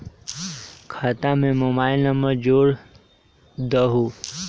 खाता में mobile number जोड़ दहु?